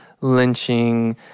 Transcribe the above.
Lynching